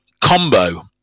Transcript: combo